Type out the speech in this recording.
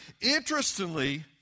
Interestingly